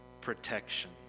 protection